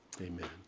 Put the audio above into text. Amen